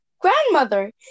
Grandmother